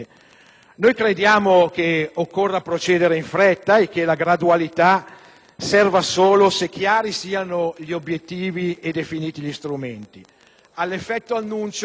Noi crediamo che occorra procedere in fretta e che la gradualità serva soltanto se sono chiari gli obiettivi e definiti gli strumenti.